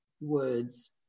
words